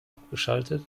abgeschaltet